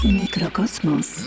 mikrokosmos